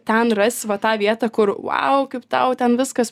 ten rasi va tą vietą kur vau kaip tau ten viskas